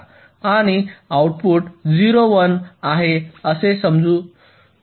आणि आऊटपुट 0 १ असे आहे असे समजू